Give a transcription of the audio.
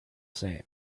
same